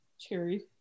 cherry